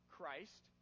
Christ